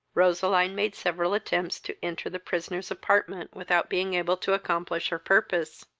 roseline made several attempts to enter the prisoner's apartment without being able to accomplish her purpose.